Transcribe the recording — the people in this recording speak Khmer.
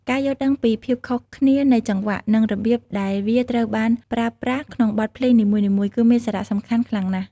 ការយល់ដឹងពី ភាពខុសគ្នានៃចង្វាក់ និងរបៀបដែលវាត្រូវបានប្រើប្រាស់ក្នុងបទភ្លេងនីមួយៗ គឺមានសារៈសំខាន់ខ្លាំងណាស់។